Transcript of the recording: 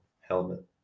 helmet